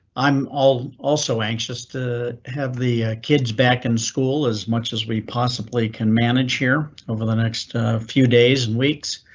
i'm also anxious to have the kids back in school as much as we possibly can manage here over the next few days and weeks.